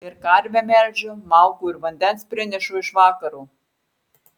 ir karvę melžiu malkų ir vandens prinešu iš vakaro